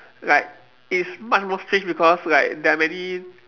like it is much more strange because like there are many